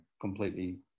completely